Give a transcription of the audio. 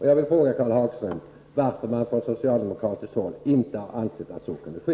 Jag vill fråga Karl Hagström varför man från socialdemokratiskt håll inte har ansett att så kunde ske.